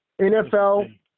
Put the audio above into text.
NFL